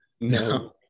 no